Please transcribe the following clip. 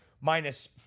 minus